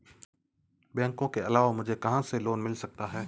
बैंकों के अलावा मुझे कहां से लोंन मिल सकता है?